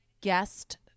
guest